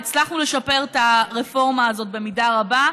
הצלחנו לשפר את הרפורמה הזאת במידה רבה,